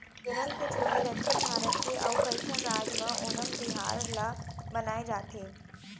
केरल के छोरे दक्छिन भारत के अउ कइठन राज म ओनम तिहार ल मनाए जाथे